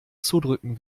zudrücken